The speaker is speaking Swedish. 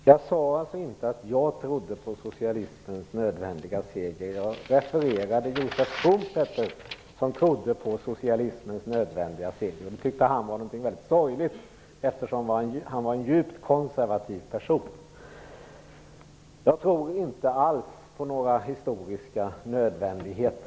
Herr talman! Jag sade inte att jag trodde på socialismens nödvändiga seger. Jag refererade Joseph Schumpeter, som trodde på socialismens nödvändiga seger. Han tyckte att denna var mycket sorglig, eftersom han var en djupt konservativ person. Jag tror inte alls på några historiska nödvändigheter.